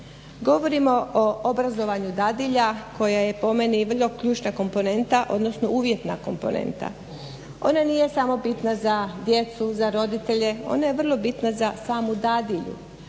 Govorimo o obrazovanju dadilja koja je po meni vrlo ključna komponenta odnosno uvjetna komponenta. Ona nije samo bitna za djecu, za roditelje. Ona je vrlo bitna za samu dadilju.